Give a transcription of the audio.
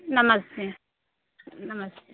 नमस्ते नमस्ते